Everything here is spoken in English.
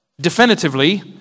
definitively